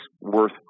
worth